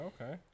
okay